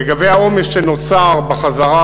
לגבי העומס שנוצר בחזרה,